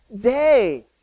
day